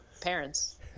parents